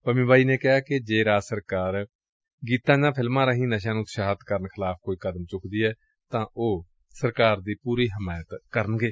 ਪੰਮੀ ਬਾਈ ਨੇ ਕਿਹਾ ਕਿ ਜੇ ਰਾਜ ਸਰਕਾਰ ਗੀਤਾਂ ਜਾਂ ਫਿਲਮਾਂ ਰਾਹੀਂ ਨਸ਼ਿਆਂ ਨੰ ਉਤਸ਼ਾਹਿਤ ਕਰਨ ਖਿਲਾਫ਼ ਕੋਈ ਕਦਮ ਚੁਕਾਈ ਏ ਤਾ ਉਹ ਸਰਕਾਰ ਦੀ ਪੁਰੀ ਹਮਾਇਤ ਕਰਨਗੇ